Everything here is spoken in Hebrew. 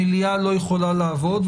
המליאה לא יכולה לעבוד.